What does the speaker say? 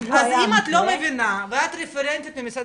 אז אם את לא מבינה ואת רפרנטית ממשרד